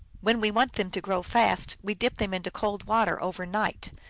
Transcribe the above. when we want them to grow fast, we dip them into cold water over night.